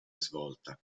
svolta